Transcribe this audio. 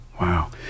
wow